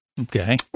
Okay